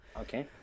Okay